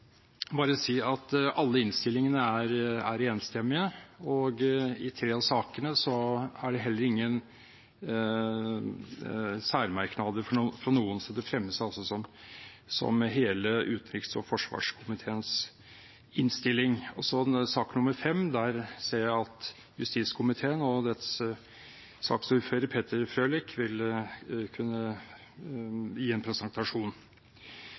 bare si at alle innstillingene er enstemmige, og i tre av sakene er det heller ingen særmerknader fra noen, så det fremmes altså som hele utenriks- og forsvarskomiteens innstilling. I sak nr. 5 vil justiskomiteen og dens saksordfører Peter Frølich kunne gi en presentasjon.